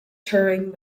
turing